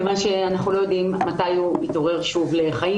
אנחנו לא יודעים מתי הוא יתעורר שוב לחיים